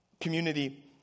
community